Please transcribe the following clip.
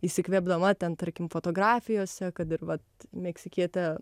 įsikvėpdama ten tarkim fotografijose kad ir vat meksikietė